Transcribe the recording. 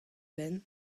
benn